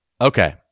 okay